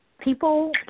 People